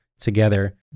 together